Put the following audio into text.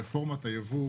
עם רפורמת הייבוא,